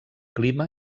clima